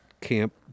camp